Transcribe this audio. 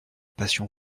passion